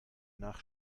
nach